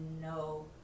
no